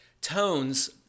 tones